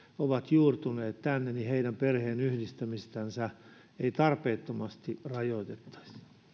ovat juurtuneet tänne perheenyhdistämistä ei tarpeettomasti rajoitettaisi